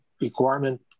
requirement